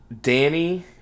Danny